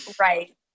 right